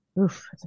Oof